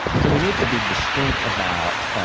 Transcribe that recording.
so we need to be distinct about,